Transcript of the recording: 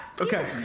Okay